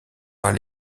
par